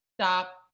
stop